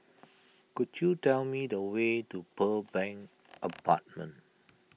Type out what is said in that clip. could you tell me the way to Pearl Bank Apartment